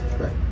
Right